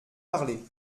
parler